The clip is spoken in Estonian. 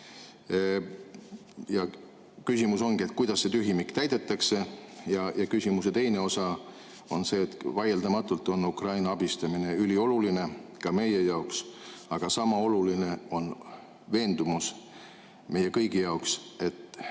Küsimus ongi: kuidas see tühimik täidetakse? Küsimuse teine osa on see, et vaieldamatult on Ukraina abistamine ülioluline ka meie jaoks. Aga sama oluline on meie kõigi jaoks